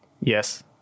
Yes